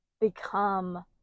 become